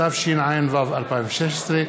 התשע"ו 2016,